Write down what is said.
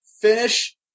Finish